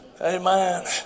Amen